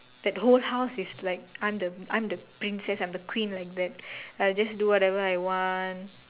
that whole house is like I'm the I'm the princess I'm the queen like that I'll just do whatever I want